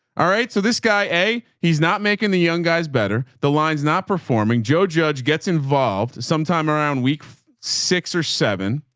all right? so this guy, a he's not making the young guys better. the line's not performing. joe judge gets involved sometime around week six or seven.